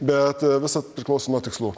bet visa priklauso nuo tikslų